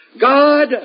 God